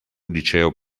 liceo